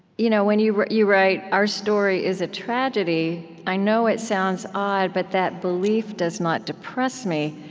you know when you write you write our story is a tragedy. i know it sounds odd, but that belief does not depress me.